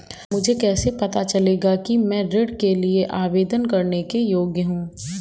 मुझे कैसे पता चलेगा कि मैं ऋण के लिए आवेदन करने के योग्य हूँ?